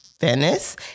Venice